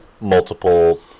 multiple